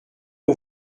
aux